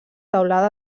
teulada